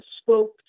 spoke